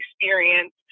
experience